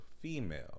female